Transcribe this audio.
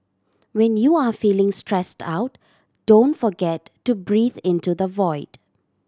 when you are feeling stressed out don't forget to breathe into the void